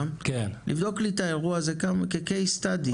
לבדוק לי את האירוע של רכמה כ-Case Study?